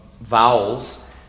vowels